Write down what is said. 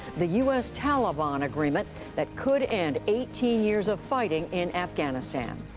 the u s taliban agreement that could end eighteen years of fighting in afghanistan.